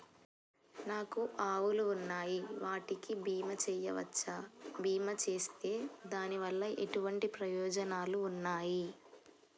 నాకు ఆవులు ఉన్నాయి వాటికి బీమా చెయ్యవచ్చా? బీమా చేస్తే దాని వల్ల ఎటువంటి ప్రయోజనాలు ఉన్నాయి?